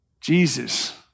Jesus